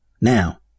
now